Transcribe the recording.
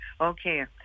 Okay